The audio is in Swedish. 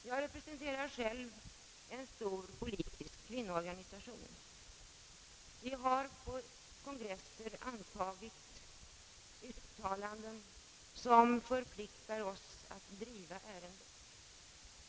Jag representerar själv en stor politisk kvinnoorganisation. Vi har på kongresser antagit uttalanden som förpliktar oss att driva ärendet.